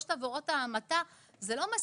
לשלושת עבירות ההמתה, זה לא מספיק,